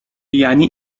یعنی